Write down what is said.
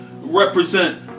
represent